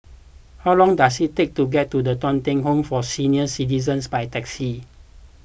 how long does it take to get to Thong Teck Home for Senior Citizens by taxi